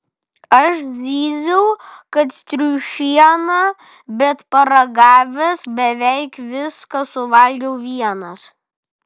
aš zyziau kad triušiena bet paragavęs beveik viską suvalgiau vienas